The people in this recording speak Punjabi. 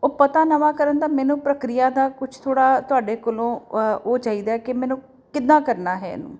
ਉਹ ਪਤਾ ਨਵਾਂ ਕਰਨ ਦਾ ਮੈਨੂੰ ਪ੍ਰਕਿਰਿਆ ਦਾ ਕੁਛ ਥੋੜ੍ਹਾ ਤੁਹਾਡੇ ਕੋਲੋਂ ਉਹ ਚਾਹੀਦਾ ਕਿ ਮੈਨੂੰ ਕਿੱਦਾਂ ਕਰਨਾ ਹੈ ਇਹਨੂੰ